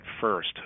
first